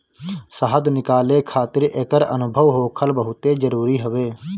शहद निकाले खातिर एकर अनुभव होखल बहुते जरुरी हवे